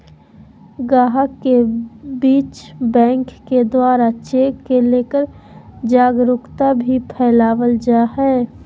गाहक के बीच बैंक के द्वारा चेक के लेकर जागरूकता भी फैलावल जा है